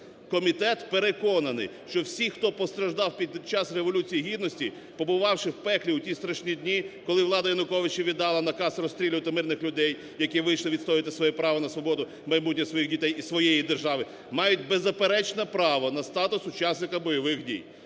Комітет переконаний, що всі, хто постраждав під час Революції Гідності, побувавши в пеклі у ті страшні дні, коли влада Януковича віддала наказ розстрілювати мирних людей, які вийшли відстоювати своє право на свободу, майбутнє своїх дітей і своєї держави, мають беззаперечне право на статус учасника бойових дій.